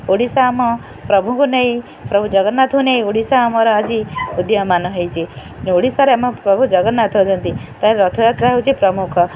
ଓଡ଼ିଶା ଆମ ପ୍ରଭୁଙ୍କୁ ନେଇ ପ୍ରଭୁ ଜଗନ୍ନାଥଙ୍କୁ ନେଇ ଓଡ଼ିଶା ଆମର ଆଜି ଉଦୀୟମାନ ହେଇଛି ଓଡ଼ିଶାରେ ଆମ ପ୍ରଭୁ ଜଗନ୍ନାଥ ହେଉଛନ୍ତି ତାର ରଥଯାତ୍ରା ହେଉଛି ପ୍ରମୁଖ